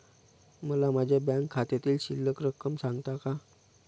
मला माझ्या बँक खात्यातील शिल्लक रक्कम सांगता का?